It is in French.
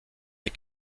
des